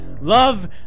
love